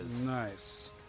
Nice